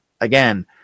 again